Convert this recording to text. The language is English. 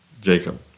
Jacob